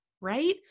right